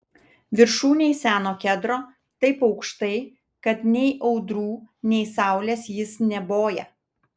viršūnėj seno kedro taip aukštai kad nei audrų nei saulės jis neboja